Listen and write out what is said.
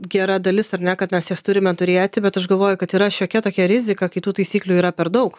gera dalis ar ne kad mes jas turime turėti bet aš galvoju kad yra šiokia tokia rizika kai tų taisyklių yra per daug